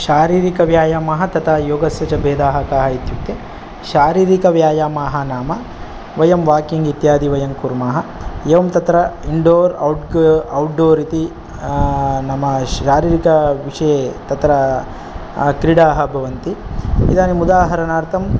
शारीरिकव्यायामः तथा योगस्य च भेदाः के इत्युक्ते शारीरिकव्यायामः नाम वयं वाकिङ्ग् इत्यादि वयं कुर्मः एवं तत्र इण्डोर् औट् औट्डोर् इति नाम शारीरिकविषये तत्र क्रीडाः भवन्ति इदानीम् उदाहणार्थं